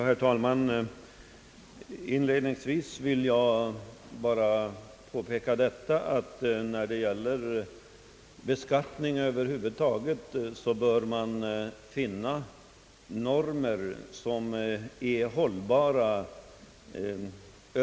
Herr talman! Inledningsvis vill jag påpeka, att man i fråga om beskattning över huvud taget bör finna normer som är hållbara.